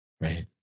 right